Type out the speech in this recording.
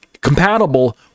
compatible